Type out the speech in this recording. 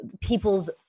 people's